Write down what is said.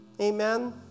Amen